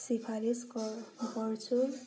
सिफारिस गर गर्छु